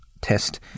test